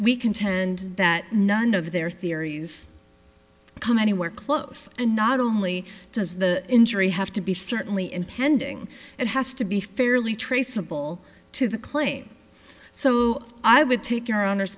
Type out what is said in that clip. we contend that none of their theories come anywhere close and not only does the injury have to be certainly impending it has to be fairly traceable to the claim so i would take